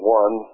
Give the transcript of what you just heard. one